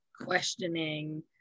questioning